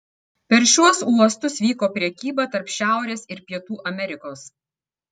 per šiuos uostus vyko prekyba tarp šiaurės ir pietų amerikos